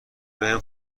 بهم